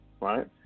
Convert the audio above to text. right